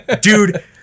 Dude